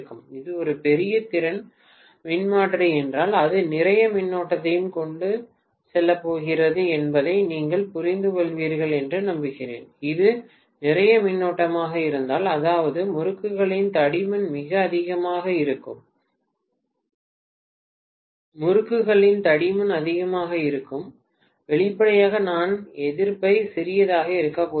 இது ஒரு பெரிய திறன் மின்மாற்றி என்றால் அது நிறைய மின்னோட்டத்தையும் கொண்டு செல்லப் போகிறது என்பதை நீங்கள் புரிந்துகொள்வீர்கள் என்று நம்புகிறேன் இது நிறைய மின்னோட்டமாக இருந்தால் அதாவது முறுக்குகளின் தடிமன் மிக அதிகமாக இருக்கும் முறுக்குகளின் தடிமன் அதிகமாக இருக்கும் வெளிப்படையாக நான் எதிர்ப்பை சிறியதாக இருக்கப் போகிறேன்